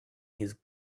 his